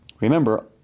Remember